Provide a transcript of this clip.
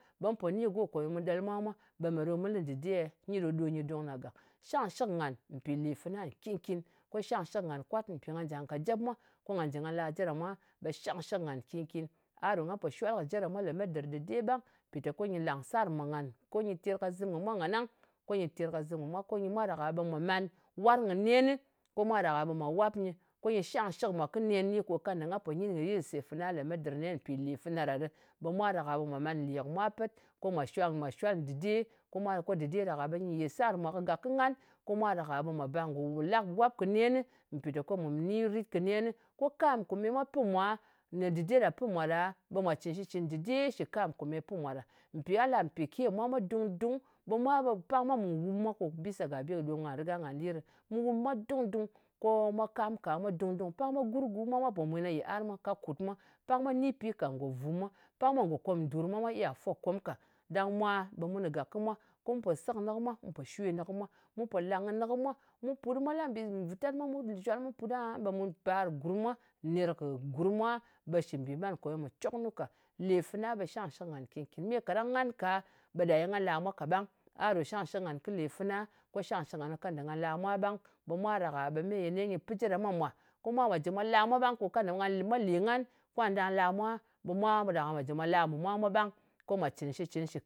Ɓe mu pò ni kɨ go ye mu ɗel mwa mwā, ɓe me ɗo mu lɨ ndɨde? Nyi ɗō ɗo nyɨ dung ɗa gak. Shang shɨk ngan mpì lè fana nkin-kin. Ko shang shɨk ngan kwat, mpò nga jà kat jep mwa. Ko nga la je ɗa mwa, ɓe shangshɨk ngan nkin-kin. A ɗo nga po shwal kɨ yɨlse fana lemet dɨr dɨde ɓang. Mpì ko nyɨ làngsar mwà ngan. Ko nyɨ terkazɨm kɨ mwa ngannang. Ko nyɨ terkazɨm kɨ mwa. Ko nyɨ mwa ɗak-a ɓe mwa man warn kɨ nenɨ. Ko mwa ɗak-a ɗa mwa wap nyɨ. Ko nyɨ shangshɨk mwa kɨ nenɨ, ko kanda nga po nyin kɨ yɨlse fana nen, mpì lè fana ɗa ɗɨ. Ɓe mwa ɗak-a ɓe mwa man lè kɨ mwa pet. Ko mwa shwal, mwa shwal dɨde. Ko mwa, dɨde ɗak-a ɓe nyɨ yè sar mwa kagak kɨ ngan. Ko mwa ɗak-a ɓe mwa bar ngò la kɨ wap kɨ nenɨ. Mpìteko mù ni rit kɨ nenɨ. Ko kam kome mwa pɨ mwa, dɨde ɗa pɨ mwa ɗa, ɓe mwa cɨn shitcɨn dɨde shɨ kam kòmèye pin mwa ɗa. Mpò gha lap mpìke kɨ mwa mwā dung-dung, ɓe mwa, ɓe pak mwa mù wum mwa, bìsa gà bì ɗom ɓe nga li ɗɨ. Mu wum mwa dung-dung. Ko mwa kam ka mwa dung-dung. Pak mwa gurgu mwa pò mwen ka yɨar mwa. Kakut mwa. Pak mwa ni pi ka. Ngò vum mwa. Pak mwa ngò kom dùr mwa, mwa iya fwokom ka. Ɗang mwa, ɓe mun kagak kɨ mwa. Mu pò se kɨnɨ kɨ mwa, mu pò shwe kɨnɨ kɨ mwa. Mu pò làng kɨnɨ kɨ mwa. Mu purɨ mwa la mbì vutat mwa, mwa zhwal, mu put aha ɓe mu bar gurm mwa nèr kɨ gurm mwa, ɓe shɨ mbìman ye mɨ coknu ka. Lè fana ɓe shang shɨk ngan nkìn-kin. Me ye kaɗang ngan ka ɓe nga la mwa kaɓang. A ɗo shangshɨk ngan kɨ lè fana, ko shangshɨk ngan kɨ kanda nga la mwa ɓang. Ɓe mwa ɗak-a ɓe me ye nenɨ nyɨ pɨ je ɗa mwa mwā, ko mwa mwā jɨ mwa la mwa ɓang, ko kanda nga, nga, mwa lè ngan ka nga nɗa la mwa, ɓe mwa ɗak-a ɓe mwa jɨ mwa la mɨ mwa mwa ɓang, ko mwa cɨn shitcɨn shɨ